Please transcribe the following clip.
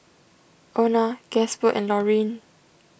Ona Gasper and Laurene